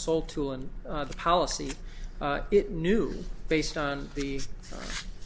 sole tool and the policy it knew based on the